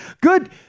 good